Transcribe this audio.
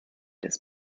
des